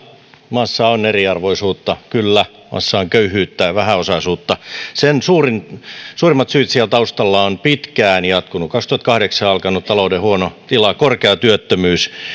maassa on eriarvoisuutta kyllä maassa on köyhyyttä ja ja vähäosaisuutta suurimmat syyt siellä taustalla ovat pitkään jatkunut vuonna kaksituhattakahdeksan alkanut talouden huono tila korkea työttömyys